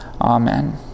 Amen